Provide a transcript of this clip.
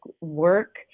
work